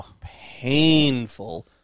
painful